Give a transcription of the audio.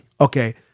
Okay